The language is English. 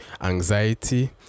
anxiety